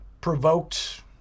provoked